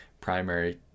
primary